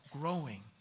growing